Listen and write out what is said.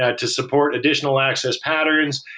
ah to support additional access patterns,